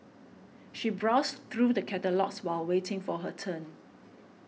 she browsed through the catalogues while waiting for her turn